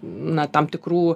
na tam tikrų